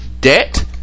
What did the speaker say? debt